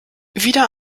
wieder